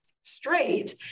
straight